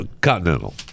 Continental